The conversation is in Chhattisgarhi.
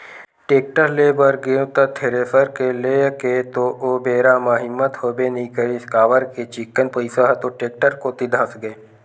टेक्टर ले बर गेंव त थेरेसर के लेय के तो ओ बेरा म हिम्मत होबे नइ करिस काबर के चिक्कन पइसा ह तो टेक्टर कोती धसगे